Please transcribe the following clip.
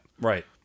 right